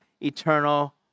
eternal